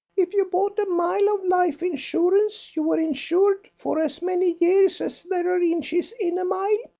if you bought a mile of life insurance you were insured for as many years as there are inches in a mile.